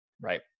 Right